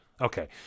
Okay